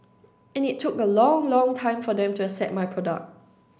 and it look a long long time for them to accept my product